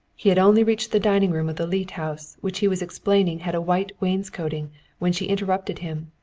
he had only reached the dining room of the leete house, which he was explaining had a white wainscoting when she interrupted him.